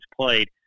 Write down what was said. played